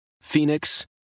Phoenix